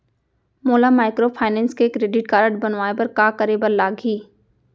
मोला माइक्रोफाइनेंस के credit card बनवाए बर का करे बर लागही?